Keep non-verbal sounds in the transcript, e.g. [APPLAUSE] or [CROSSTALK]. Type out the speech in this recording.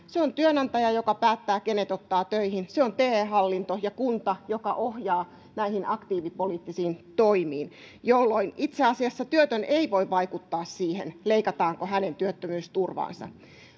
[UNINTELLIGIBLE] se on työnantaja joka päättää kenet ottaa töihin se on te hallinto ja kunta joka ohjaa näihin aktiivipoliittisiin toimiin jolloin itse asiassa työtön ei voi vaikuttaa siihen leikataanko hänen työttömyysturvaansa